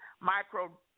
micro